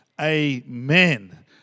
amen